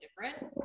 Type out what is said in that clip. different